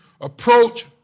approach